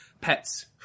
pets